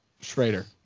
Schrader